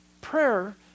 Prayer